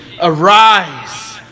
arise